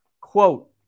Quote